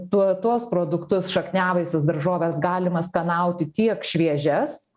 tuo tuos produktus šakniavaisius daržoves galima skanauti tiek šviežias